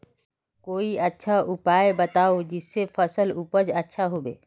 कोई अच्छा उपाय बताऊं जिससे फसल उपज अच्छा होबे